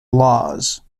laws